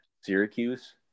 Syracuse